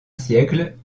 siècle